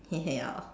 ya lah